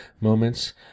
moments